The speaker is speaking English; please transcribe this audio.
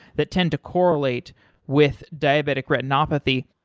that tend to correlate with diabetic retinopathy.